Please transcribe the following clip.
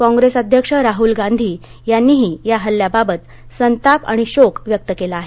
कॉग्रेस अध्यक्ष राहूल गांधी यांनी देखील या हल्याबाबत संताप आणि शोक व्यक्त केला आहे